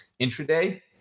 intraday